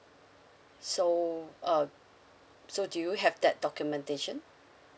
so uh so do you have that documentation